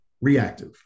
reactive